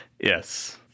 Yes